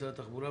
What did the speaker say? משרד התחבורה,